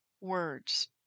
words